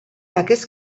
aquests